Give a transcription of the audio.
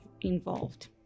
involved